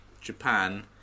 Japan